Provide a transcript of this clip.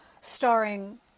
starring